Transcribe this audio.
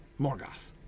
Morgoth